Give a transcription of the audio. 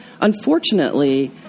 Unfortunately